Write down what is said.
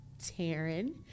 Taryn